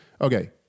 Okay